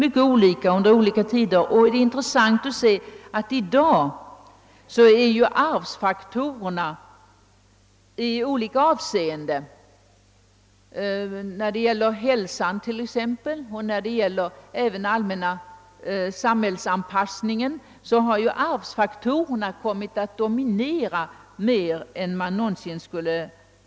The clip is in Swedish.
Det är intressant att se att arvsfaktorernas betydelse för hälsa och samhällsanpassning i dag betonas kraftigare än tidigare.